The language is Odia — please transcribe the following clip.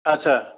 ଆଛା